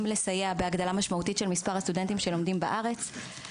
לסייע בהגדלה משמעותית של מספר הסטודנטים שלומדים בארץ.